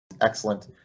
excellent